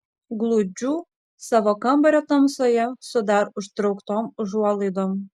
glūdžiu savo kambario tamsoje su dar užtrauktom užuolaidom